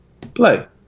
play